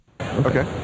Okay